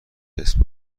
اسم